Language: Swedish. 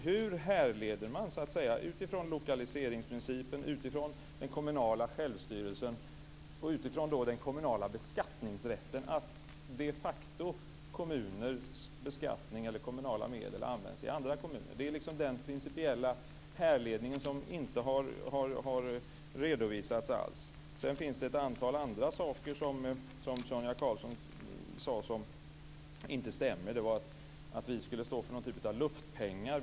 Hur härleder man utifrån lokaliseringsprincipen, den kommunala självstyrelsen och den kommunala beskattningsrätten att kommunala medel de facto används i andra kommuner? Det är den principiella härledningen som inte alls har redovisats. Sedan är det ett antal andra saker som Sonia Karlsson sade och som inte stämmer - t.ex. att vi skulle stå för en typ av luftpengar.